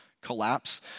collapse